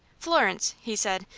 florence, he said,